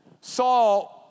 Saul